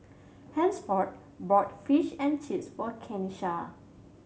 Hansford bought Fish and Chips for Kenisha